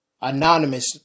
Anonymous